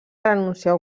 renunciar